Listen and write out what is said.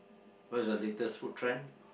what is the latest food trend